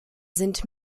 sind